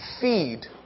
feed